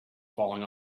falling